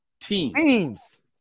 teams